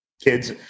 kids